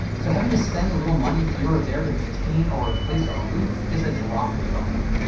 so having to spend a little money here or there to maintain or replace our roof is a drop in the bucket